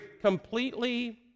Completely